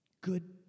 good